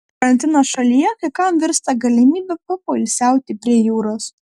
karantinas šalyje kai kam virsta galimybe papoilsiauti prie jūros